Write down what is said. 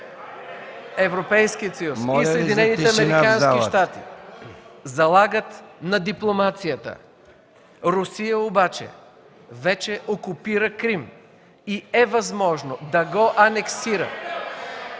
американски щати залагат на дипломацията. Русия обаче вече окупира Крим и е възможно да го анексира